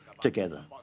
together